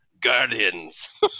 Guardians